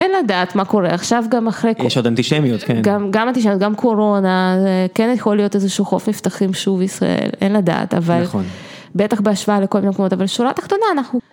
אין לדעת מה קורה עכשיו, גם אחרי כוח. יש עוד אנטישמיות, כן. גם אנטישמיות, גם קורונה, כן יכול להיות איזשהו חוף מבטחים שוב ישראל, אין לדעת. נכון. אבל בטח בהשוואה לכל מיני מקומות, אבל בשורה התחתונה אנחנו...